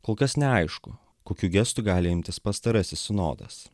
kol kas neaišku kokių gestų gali imtis pastarasis sinodas